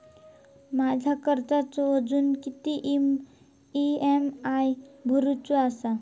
माझ्या कर्जाचो अजून किती ई.एम.आय भरूचो असा?